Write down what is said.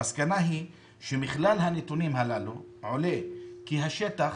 המסקנה, מכלל הנתונים הללו עולה כי השטח,